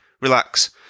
relax